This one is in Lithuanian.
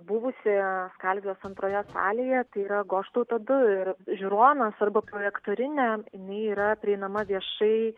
buvusioje skalvijos antroje salėje tai yra goštauto du ir žiūronas arba projektorinė jinai yra prieinama viešai